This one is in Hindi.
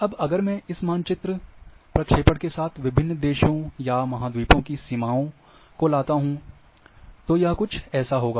अब अगर मैं इस मानचित्र प्रक्षेपण के साथ विभिन्न देशों या महाद्वीपों की सीमाओं को लाता हूं तो यह कुछ ऐसा होगा